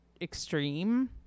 extreme